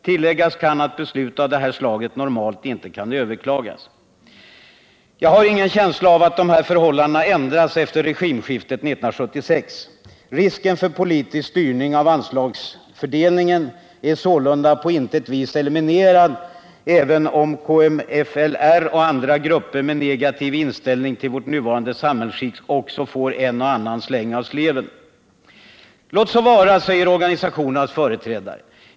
Tilläggas kan att beslut av det här slaget normalt inte kan överklagas. Jag har ingen känsla av att de här förhållandena ändrats efter regimskiftet 1976. Risken för politisk styrning av anslagsfördelningen är sålunda på intet vis eliminerad genom att även KPML och andra grupper med negativ inställning till vårt nuvarande samhällsskick också får en och annan släng av sleven. Låt så vara, säger organisationernas företrädare.